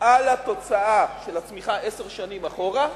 על התוצאה של הצמיחה עשר שנים אחורה,